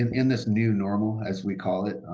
in this new normal as we call it,